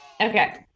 Okay